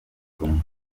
ubuzima